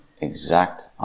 exact